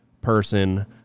person